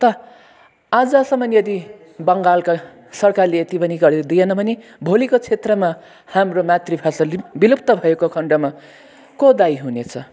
त आजसम्म यदि बङ्गालका सरकारले यति पनि गरिदिएन भने भोलिको क्षेत्रमा हाम्रो मातृभाषा विलुप्त भएको खण्डमा को दायि हुनेछ